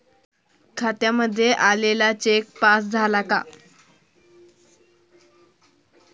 खात्यामध्ये आलेला cheque pass झाला का?